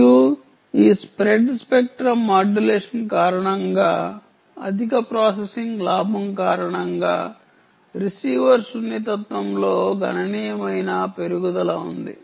మరియు ఈ spread spectrum modulation కారణంగా అధిక ప్రాసెసింగ్ లాభం కారణంగా రిసీవర్ సున్నితత్వంలో గణనీయమైన పెరుగుదల ఉంది